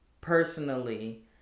personally